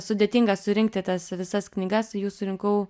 sudėtinga surinkti tas visas knygas jų surinkau